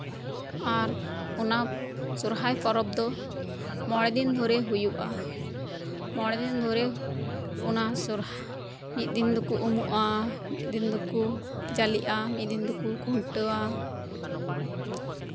ᱟᱨ ᱚᱱᱟ ᱥᱚᱨᱦᱟᱭ ᱯᱚᱨᱚᱵ ᱫᱚ ᱢᱚᱬᱮ ᱫᱤᱱ ᱫᱷᱚᱨᱮ ᱦᱩᱭᱩᱜᱼᱟ ᱢᱚᱬᱮ ᱫᱤᱱ ᱫᱷᱚᱨᱮ ᱚᱱᱟ ᱥᱚᱨᱦᱟᱭ ᱢᱤᱫ ᱫᱚᱠᱚ ᱩᱢᱩᱜᱼᱟ ᱢᱤᱫ ᱤᱫᱱ ᱫᱚᱠᱚ ᱡᱟᱞᱮᱜᱼᱟ ᱢᱤᱫ ᱫᱤᱱ ᱫᱚᱠᱚ ᱠᱷᱩᱱᱴᱟᱹᱜᱼᱟ